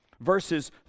Verses